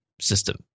system